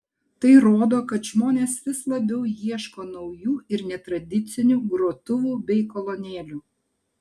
tai rodo kad žmonės vis labiau ieško naujų ir netradicinių grotuvų bei kolonėlių